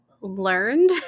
learned